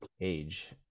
age